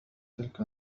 تلك